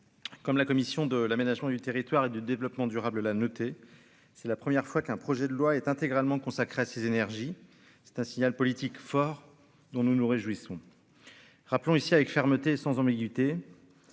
comme la commission de l'aménagement du territoire et de développement durable, la noter, c'est la première fois qu'un projet de loi est intégralement consacrée à ces énergies, c'est un signal politique fort dont nous nous réjouissons rappelons ici avec fermeté et sans ambiguïté